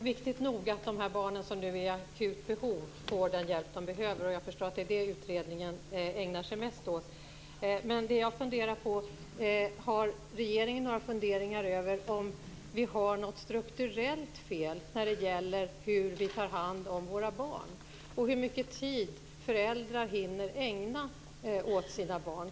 Fru talman! Det är viktigt nog att de barn som har ett akut behov får den hjälp de behöver. Jag förstår att det är detta utredningen ägnar sig mest åt. Men jag undrar om regeringen har några funderingar om vi har något strukturellt fel när det gäller hur vi tar hand om våra barn och hur mycket tid föräldrar hinner ägna åt sina barn.